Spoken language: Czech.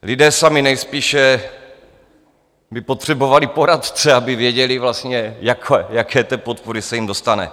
Lidé sami nejspíše by potřebovali poradce, aby věděli vlastně, jaké té podpory se jim dostane.